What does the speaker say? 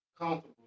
comfortable